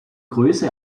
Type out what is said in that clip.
größe